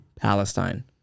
Palestine